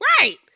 right